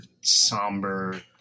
somber